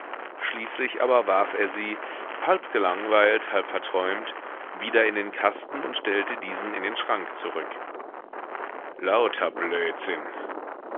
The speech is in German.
schließlich aber warf er sie halb gelangweilt halb verträumt wieder in den kasten und stellte diesen in den schrank zurück lauter blödsinn